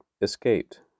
escaped